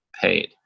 paid